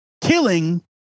killing